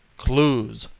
clues,